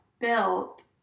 built